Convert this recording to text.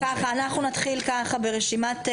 אנחנו נתחיל ברשימת דוברים.